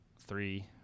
three